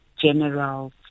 general